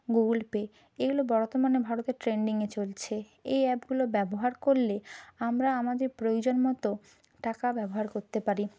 Google Pay এইগুলো বর্তমানে ভারতের ট্রেন্ডিংয়ে চলছে এই অ্যাপগুলো ব্যবহার করলে আমরা আমাদের প্রয়োজন মতো টাকা ব্যবহার করতে পারি